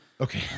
Okay